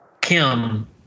Kim